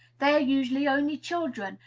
they are usually only children,